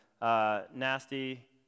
Nasty